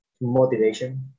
motivation